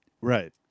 right